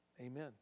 Amen